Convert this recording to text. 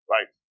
Right